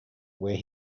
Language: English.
where